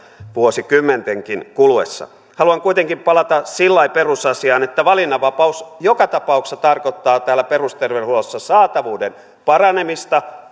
vuosikymmentenkin kuluessa haluan kuitenkin palata sillä lailla perusasiaan että valinnanvapaus joka tapauksessa tarkoittaa perusterveydenhuollossa saatavuuden paranemista